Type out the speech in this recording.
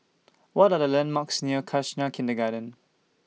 What Are The landmarks near Khalsa Kindergarten